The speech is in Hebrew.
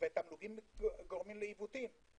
תמלוגים גורמים לעיוותים.